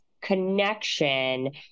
connection